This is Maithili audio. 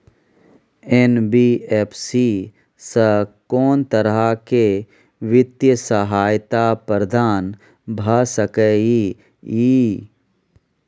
एन.बी.एफ.सी स कोन सब तरह के वित्तीय सहायता प्रदान भ सके इ? इ